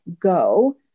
go